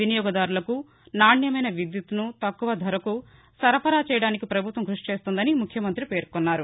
వినియోగదారులకు నాణ్యమైన విద్యుత్తును తక్కువ ధరలకు సరఫరా చేయడానికి పభుత్వం కృషి చేస్తోందని ముఖ్యమంతి పేర్కొన్నారు